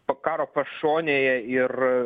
po karo pašonėje ir